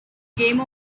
game